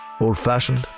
old-fashioned